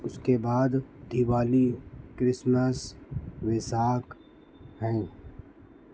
اس کے بعد دیوالی کرسمس ویساکھ ہیں